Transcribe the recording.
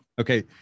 Okay